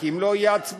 כי אם לא, תהיה הצבעה.